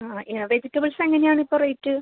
ആ വെജിറ്റബിൾസ് എങ്ങനെയാണ് ഇപ്പോൾ റേറ്റ്